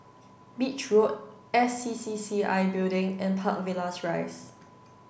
Beach Road S C C C I Building and Park Villas Rise